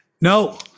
No